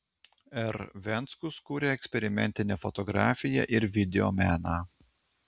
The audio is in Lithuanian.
r venckus kuria eksperimentinę fotografiją ir videomeną